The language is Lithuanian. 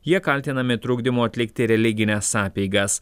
jie kaltinami trukdymu atlikti religines apeigas